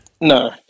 No